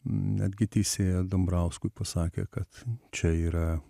netgi teisėja dambrauskui pasakė kad čia yra